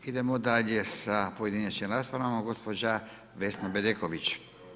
Idemo dalje sa pojedinačnim raspravama gospođa Vesna Bedeković.